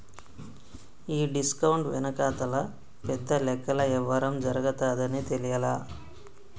ఈ డిస్కౌంట్ వెనకాతల పెద్ద లెక్కల యవ్వారం జరగతాదని తెలియలా